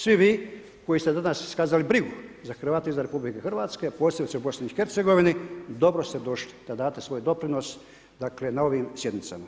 Svi vi koji ste danas iskazali brigu za Hrvate izvan RH, posebice u BiH, dobro ste došli da date svoj doprinos na ovim sjednicama.